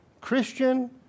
Christian